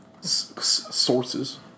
sources